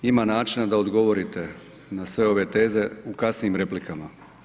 Ima načina da odgovorite na sve ove teze u kasnijim replikama.